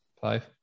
Five